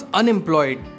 unemployed